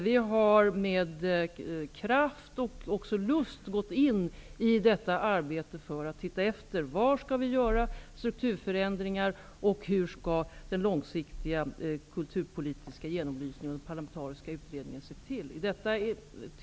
Vi har med kraft och även lust gått in i detta arbete för att titta efter var vi skall göra strukturförändringar och hur den långsiktiga kulturpolitiska genomlysningen och den parlamentariska utredningen skall se ut.